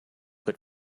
but